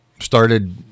started